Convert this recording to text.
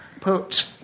put